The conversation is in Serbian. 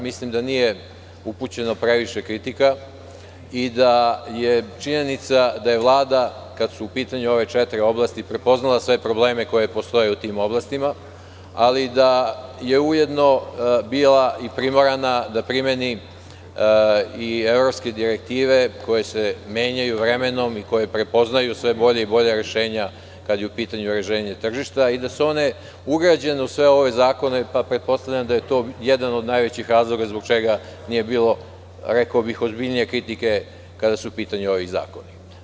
Mislim da nije upućeno previše kritika i da je činjenica da je Vlada, kada su u pitanju ove četiri oblasti, prepoznala sve probleme koji postoje u tim oblastima, ali da je ujedno bila i primorana da primeni i evropske direktive koje se menjaju vremenom i koje prepoznaju sve bolja i bolja rešenja, kada je u pitanju uređenje tržišta, i da su one ugrađene u sve ove zakone, pa pretpostavljam da je to jedan od najvećih razloga zbog čega nije bilo ozbiljnije kritike kada su u pitanju ovi zakoni.